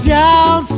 down